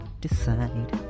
decide